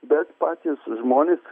bet patys žmonės